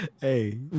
Hey